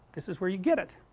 this is where you get it